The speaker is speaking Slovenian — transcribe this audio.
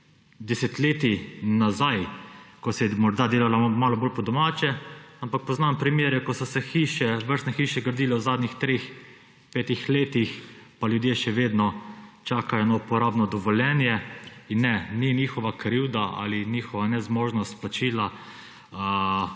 desetletij nazaj, ko se je morda delalo malo bolj po domače, ampak poznam primere, ko se hiše, vrstne hiše gradile v zadnjih treh, petih letih, pa ljudje še vedno čakajo na uporabno dovoljenje. Ne, ni njihova krivda ali njihova nezmožnost plačila